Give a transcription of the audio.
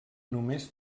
només